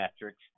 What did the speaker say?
metrics